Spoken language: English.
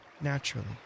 naturally